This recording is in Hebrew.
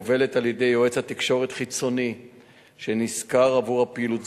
המובלת על-ידי יועץ תקשורת חיצוני שנשכר לפעילות